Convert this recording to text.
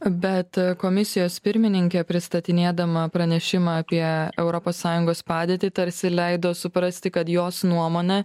bet komisijos pirmininkė pristatinėdama pranešimą apie europos sąjungos padėtį tarsi leido suprasti kad jos nuomone